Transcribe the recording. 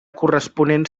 corresponent